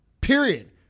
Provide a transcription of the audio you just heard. Period